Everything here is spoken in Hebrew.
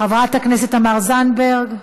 חברת הכנסת תמר זנדברג,